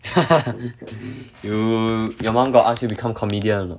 ha ha ha you your mom got ask you become comedian or not